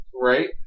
right